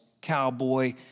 cowboy